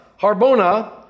harbona